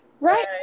Right